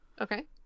Okay